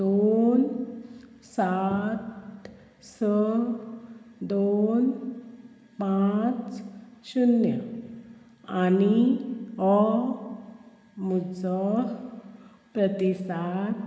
दोन सात स दोन पांच शुन्य आनी हो म्हजो प्रतिसाद